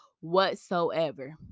whatsoever